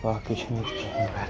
باقٕے چھُنہٕ ییٚتہِ